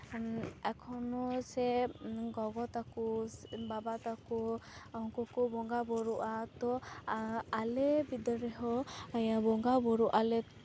ᱮᱠᱷᱳᱱᱳ ᱥᱮ ᱜᱚᱜᱚ ᱛᱟᱠᱚ ᱥᱮ ᱵᱟᱵᱟ ᱛᱟᱠᱚ ᱩᱱᱠᱩ ᱠᱚ ᱵᱚᱸᱜᱟ ᱵᱩᱨᱩᱜᱼᱟ ᱛᱚ ᱟᱞᱮ ᱵᱤᱫᱟᱹᱞ ᱨᱮᱦᱚᱸ ᱱᱤᱭᱟᱹ ᱵᱚᱸᱜᱟ ᱵᱩᱨᱩᱜ ᱟᱞᱮ